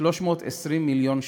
כ-320 מיליון שקל.